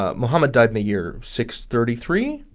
ah muhammad died in the year six thirty three?